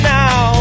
now